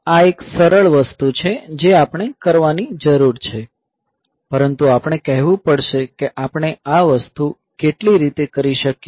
આ એક સરળ વસ્તુ છે જે આપણે કરવાની જરૂર છે પરંતુ આપણે કહેવું પડશે કે આપણે આ વસ્તુ કેટલી રીતે કરી શકીએ